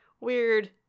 weird